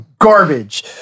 garbage